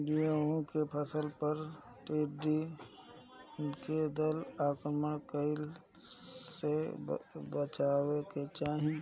गेहुँ के फसल पर टिड्डी दल के आक्रमण से कईसे बचावे के चाही?